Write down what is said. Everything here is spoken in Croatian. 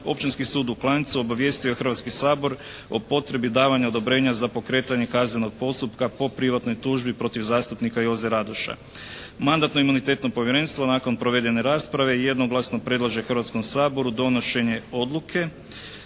Općinski sud u Klanjcu obavijestio je Hrvatski sabor o potrebi davanja odobrenja za pokretanje kaznenog postupka po privatnoj tužbi protiv zastupnika Joze Radoša. Mandatno-imunitetno povjerenstvo nakon provedene rasprave jednoglasno predlaže Hrvatskom saboru donošenje odluke